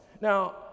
Now